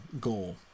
goal